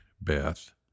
Beth